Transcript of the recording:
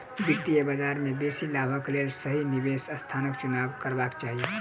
वित्तीय बजार में बेसी लाभक लेल सही निवेश स्थानक चुनाव करबाक चाही